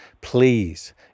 please